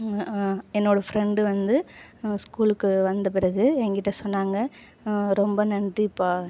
என்னோடய ஃப்ரெண்டு வந்து ஸ்கூலுக்கு வந்த பிறகு என்கிட்டே சொன்னாங்க ரொம்ப நன்றிபா